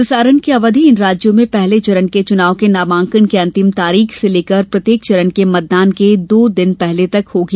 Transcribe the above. प्रसारण की अवधि इन राज्यों में पहले चरण के चुनाव के नामांकन की अंतिम तारीख से लेकर प्रत्येक चरण के मतदान के दो दिन पहले तक होगी